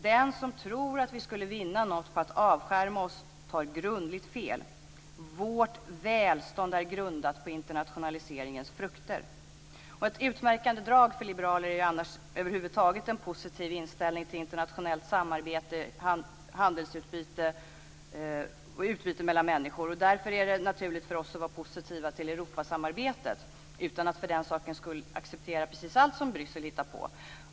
Den som tror att vi skulle vinna något på att avskärma oss tar grundlgit fel. Vårt välstånd är grundat på internationaliseringens frukter. Ett utmärkande drag för liberaler är över huvud taget en positiv inställning till internationellt samarbete, handelsutbyte och utbyte mellan människor. Därför är det naturligt för oss att vara positiva till Europasamarbetet utan att vi för den skull accepterar precis allt som Bryssel hittar på.